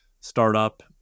startup